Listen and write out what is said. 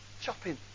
Chopping